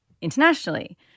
internationally